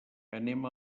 anem